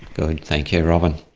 good, thank you robyn.